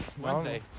Wednesday